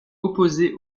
opposé